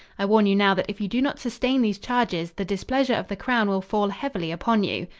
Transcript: i warn you now that if you do not sustain these charges, the displeasure of the crown will fall heavily upon you.